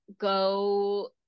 go